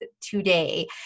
today